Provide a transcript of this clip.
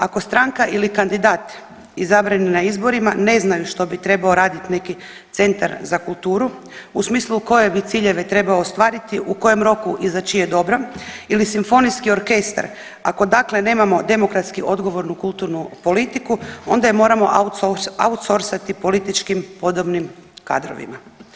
Ako stranka ili kandidat izabrani na izborima ne znaju što bi trebao raditi neki centar za kulturu u smislu koje ciljeve trebao ostvariti, u kojem roku i za čije dobro ili simfonijski orkestar, ako dakle nemamo demokratski odgovornu kulturnu politiku, onda je moramo outsorcati političkim podobnim kadrovima.